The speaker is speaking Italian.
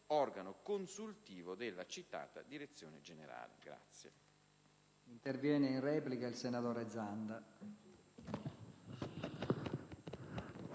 organo consultivo della citata direzione generale.